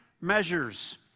measures